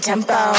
Tempo